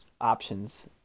options